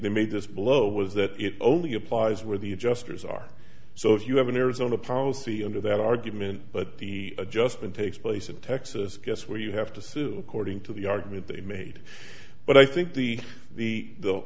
they made this blow was that it only applies where the adjusters are so if you have an arizona policy under that argument but the adjustment takes place in texas guess where you have to sue according to the argument they made but i think the the the